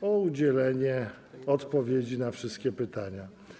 o udzielenie odpowiedzi na wszystkie pytania.